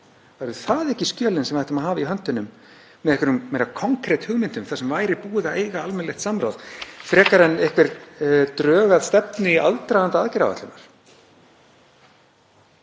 Væru það ekki skjölin sem við ættum að hafa í höndunum með einhverjum meira konkret hugmyndum þar sem búið væri að eiga almennilegt samráð frekar en einhver drög að stefnu í aðdraganda aðgerðaáætlunar?